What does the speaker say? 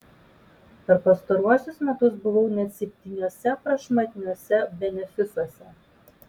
per pastaruosius metus buvau net septyniuose prašmatniuose benefisuose